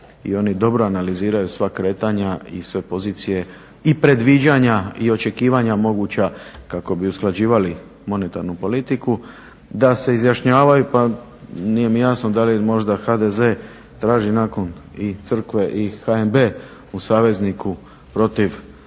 i oni dobro analiziraju sva kretanja, i sve pozicije, i predviđanja, i očekivanja moguća kako bi usklađivali monetarnu politiku. Da se izjašnjavaju, pa nije mi jasno dal je možda HDZ traži nakon i Crkve, i HNB u savezniku protiv ove